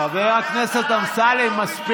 חברת הכנסת רוזין, אינה נוכחת.